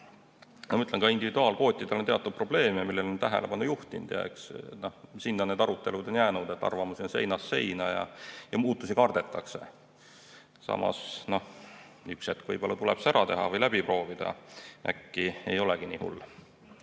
ma ütlen, ka individuaalkvootidel on teatud probleeme, millele olen tähelepanu juhtinud, ja eks sinna need arutelud on jäänud. Arvamusi on seinast seina ja muutusi kardetakse. Samas, üks hetk võib-olla tuleb see ära teha või läbi proovida, äkki ei olegi nii hull.